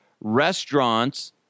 restaurants –